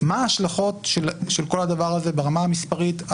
מה ההשלכות של כל הדבר הזה ברמה המספרית,